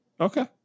Okay